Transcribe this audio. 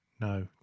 no